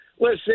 listen